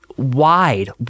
wide